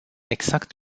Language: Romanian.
exact